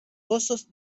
gozos